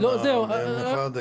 והיום אנחנו נתקלים בהרבה בעיות.